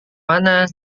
mana